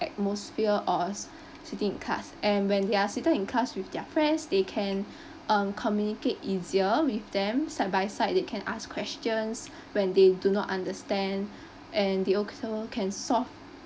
atmosphere of sitting in class and when they are seated in class with their friends they can uh communicate easier with them side by side they can ask questions when they do not understand and they also can solve